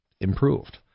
improved